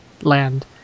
land